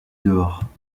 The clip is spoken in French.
dehors